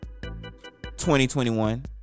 2021